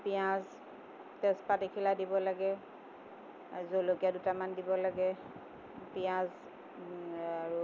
পিঁয়াজ তেজপাত এখিলা দিব লাগে জলকীয়া দুটামান দিব লাগে পিঁয়াজ আৰু